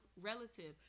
relative